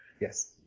Yes